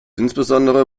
insbesondere